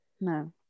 No